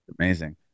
amazing